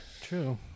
True